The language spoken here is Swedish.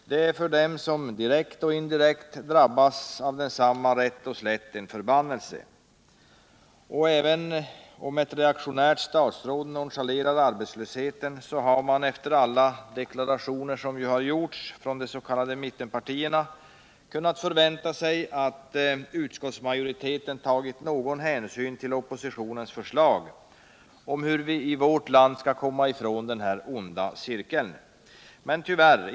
Den är för dem som direkt och indirekt drabbas av densamma rätt och slätt en förbannelse. Och även om ett reaktionärt statsråd nonchalerar arbetslösheten, hade man efter alla deklarationer som gjorts från de s.k. mittenpartierna kunnat förvänta sig, att utskottsmajoriteten tagit någon hänsyn till oppositionens förslag om hur vi i vårt land skulle kunna komma ur den onda cirkeln — men tyvärr.